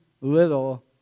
little